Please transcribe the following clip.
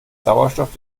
sauerstoff